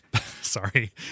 Sorry